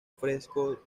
fresco